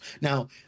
Now